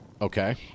Okay